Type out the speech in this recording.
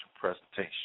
presentation